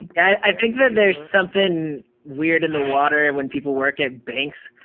i think that there's something weird in the water and when people work at banks,